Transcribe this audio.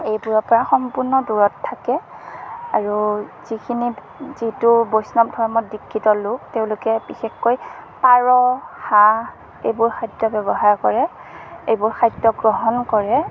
এইবোৰৰ পৰা সম্পূৰ্ণ দূৰত থাকে আৰু যিখিনিত যিটো বৈষ্ণৱ ধৰ্মত দিক্ষিত লোক তেওঁলোকে বিশেষকৈ পাৰ হাঁহ এইবোৰ খাদ্য ব্যৱহাৰ কৰে এইবোৰ খাদ্য গ্ৰহণ কৰে